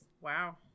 Wow